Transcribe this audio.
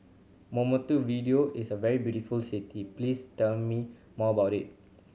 video is a very beautiful city please tell me more about it